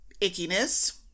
ickiness